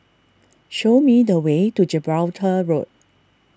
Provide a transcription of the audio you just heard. show me the way to Gibraltar Road